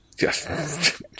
Yes